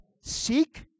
Seek